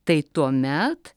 tai tuomet